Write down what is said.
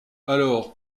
alors